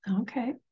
Okay